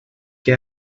que